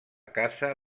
casa